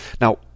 Now